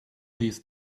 these